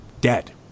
dead